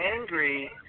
angry